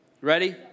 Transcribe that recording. Ready